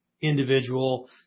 individual